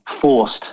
forced